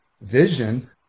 vision